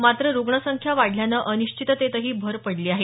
मात्र रुग्णसंख्या वाढल्यानं अनिश्चिततेतही भर पडली आहे